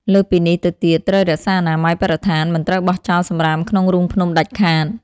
លើសពីនេះទៅទៀត ត្រូវរក្សាអនាម័យបរិស្ថាន មិនត្រូវបោះចោលសំរាមក្នុងរូងភ្នំដាច់ខាត។